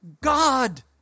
God